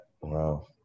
Wow